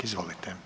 Izvolite.